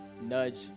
nudge